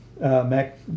Mac